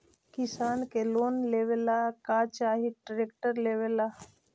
किसान के लोन लेबे ला का चाही ट्रैक्टर लेबे ला?